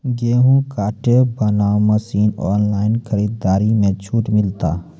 गेहूँ काटे बना मसीन ऑनलाइन खरीदारी मे छूट मिलता?